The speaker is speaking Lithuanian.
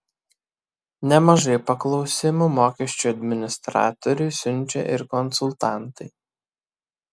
nemažai paklausimų mokesčių administratoriui siunčia ir konsultantai